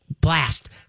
blast